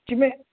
جی میں